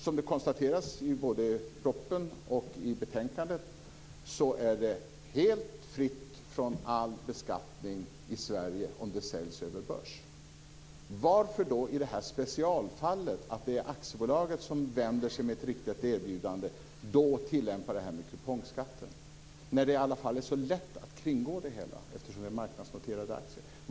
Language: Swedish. Som det konstateras både i propositionen och i betänkandet är försäljningen helt fri från all beskattning i Sverige om den sker över börs. Varför ska man då i det här specialfallet, att det är aktiebolaget som går ut med ett riktat erbjudande, tillämpa kupongskatten? Det är ju så lätt att kringgå det hela eftersom det är marknadsnoterade akter.